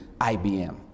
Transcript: IBM